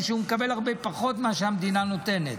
אצלנו, שהוא מקבל הרבה פחות ממה שהמדינה נותנת.